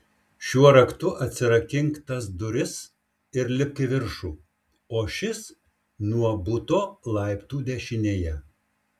šiuo raktu atsirakink tas duris ir lipk į viršų o šis nuo buto laiptų dešinėje